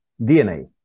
DNA